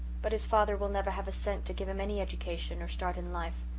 but his father will never have a cent to give him any education or start in life.